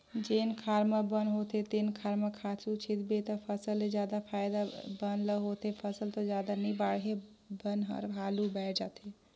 जेन खार म बन होथे तेन खार म खातू छितबे त फसल ले जादा फायदा बन ल होथे, फसल तो जादा नइ बाड़हे बन हर हालु बायड़ जाथे